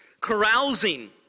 carousing